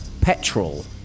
petrol